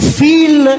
feel